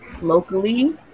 locally